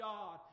God